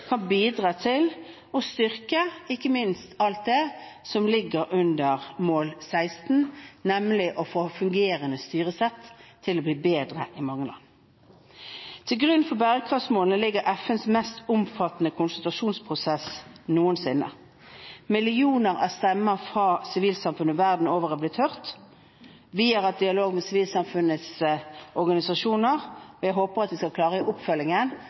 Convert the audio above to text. kan bidra til å styrke ikke minst alt det som ligger under mål 16, nemlig å få fungerende styresett til å bli bedre i mange land. Til grunn for bærekraftsmålene ligger FNs mest omfattende konsultasjonsprosess noensinne. Millioner av stemmer fra sivilsamfunnet verden over har blitt hørt. Vi har hatt dialog med sivilsamfunnets organisasjoner, og jeg håper at vi skal klare i oppfølgingen